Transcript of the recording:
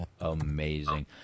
Amazing